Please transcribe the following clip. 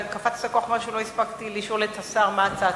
קפצת כל כך מהר שלא הספקתי לשאול את השר מה הצעתו.